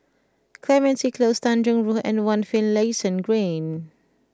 Clementi Close Tanjong Rhu and One Finlayson Green